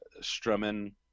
strumming